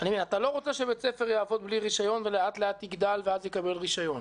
שאתה לא רוצה שבית ספר יעבוד בלי רישיון ולאט-לאט יגדל ואז יקבל רישיון.